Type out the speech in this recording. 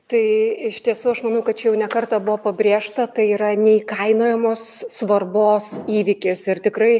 tai iš tiesų aš manau kad čia jau ne kartą buvo pabrėžta tai yra neįkainojamos svarbos įvykis ir tikrai